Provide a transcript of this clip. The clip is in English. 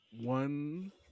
one